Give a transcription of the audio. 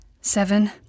seven